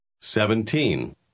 Seventeen